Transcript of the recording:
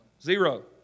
Zero